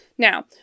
Now